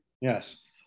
Yes